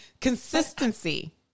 consistency